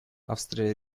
австрия